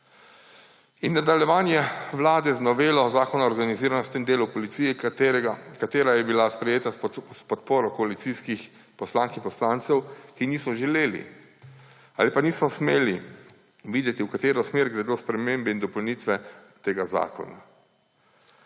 In nadaljevanje vlade z novelo Zakona o organiziranosti in delu v policiji, katera je bila sprejeta s podporo koalicijskih poslank in poslancev, ki niso želeli ali pa niso smeli videti, v katero smer gredo spremembe in dopolnitve tega zakona.